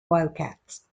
wildcats